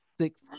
six